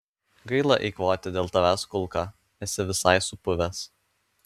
gaila eikvoti dėl tavęs kulką esi visai supuvęs